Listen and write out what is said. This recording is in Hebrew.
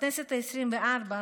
בכנסת העשרים-וארבע,